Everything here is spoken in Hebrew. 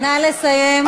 נא לסיים.